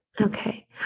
okay